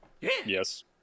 Yes